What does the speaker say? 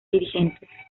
dirigentes